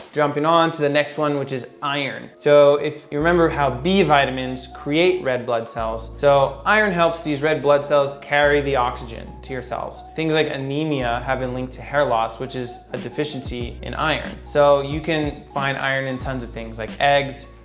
jumping on to the next one, which is iron. so if you remember how b vitamins create red blood cells, so iron helps these red blood cells carry the oxygen to your cells. things like anemia have been linked to hair loss which is a deficiency in iron so you can find iron in tons of things like eggs,